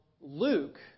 Luke